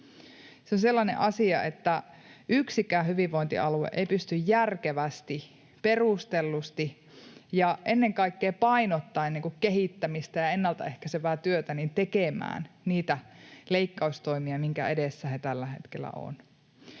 Se on sellainen asia, että yksikään hyvinvointialue ei pysty järkevästi, perustellusti ja ennen kaikkea painottaen kehittämistä ja ennaltaehkäisevää työtä tekemään niitä leikkaustoimia, minkä edessä he tällä hetkellä ovat.